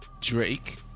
Drake